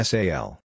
Sal